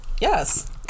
yes